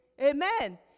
Amen